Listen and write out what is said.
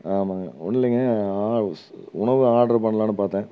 ஆமாங்க ஒன்றும் இல்லைங்க உணவு ஆர்ட்ரு பண்ணலான்னு பார்த்தேன்